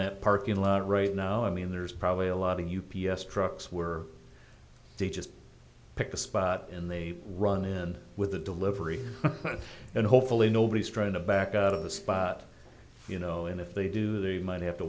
that parking lot right now i mean there's probably a lot of u p s trucks were to just pick a spot in they run in with a delivery and hopefully nobody's trying to back out of the spot you know and if they do they might have to